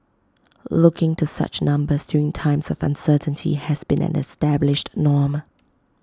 looking to such numbers during times of uncertainty has been an established norm